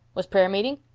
was prayer-meeting?